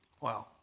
Wow